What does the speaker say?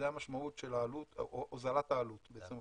זאת המשמעות של הוזלת העלות ב-25%.